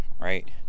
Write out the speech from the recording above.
right